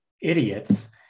idiots